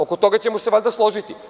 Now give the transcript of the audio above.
Oko toga ćemo se valjda složiti.